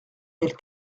mille